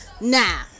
now